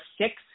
six